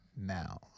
now